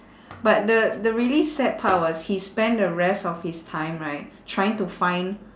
but the the really sad part was he spent the rest of his time right trying to find